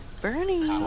Bernie